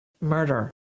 murder